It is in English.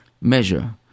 Measure